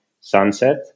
sunset